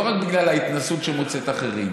לא רק בגלל ההתנשאות שמוציאה אחרים.